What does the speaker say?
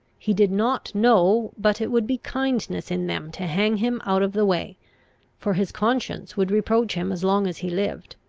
he did not know but it would be kindness in them to hang him out of the way for his conscience would reproach him as long as he lived,